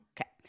Okay